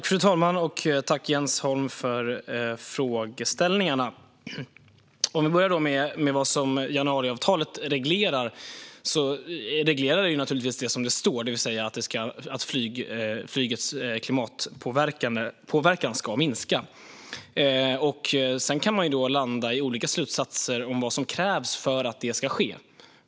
Fru talman! Tack, Jens Holm, för frågeställningarna! Vi kan börja med vad januariavtalet reglerar. Det reglerar naturligtvis det som står, det vill säga att flygets klimatpåverkan ska minska. Sedan kan man landa i olika slutsatser om vad som krävs för att det ska ske.